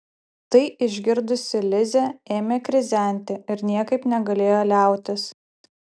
tai išgirdusi lizė ėmė krizenti ir niekaip negalėjo liautis